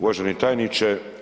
Uvaženi tajniče.